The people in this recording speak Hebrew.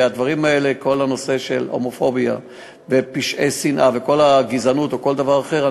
כל הנושא של הומופוביה ופשעי שנאה וכל הגזענות או כל דבר אחר,